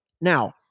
Now